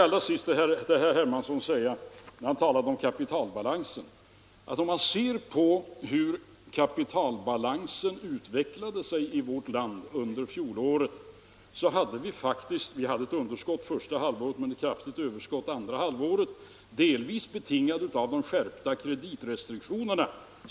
Allra sist vill jag ta upp herr Hermanssons fråga om kapitalbalansen. Vi hade första halvåret 1974 ett underskott men andra halvåret ett kraftigt överskott, delvis betingat av de skärpta kreditrestriktionerna.